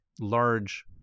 large